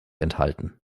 enthalten